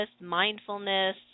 mindfulness